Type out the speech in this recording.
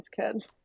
kid